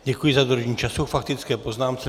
Děkuji za dodržení času k faktické poznámce.